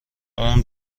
اون